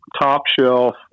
top-shelf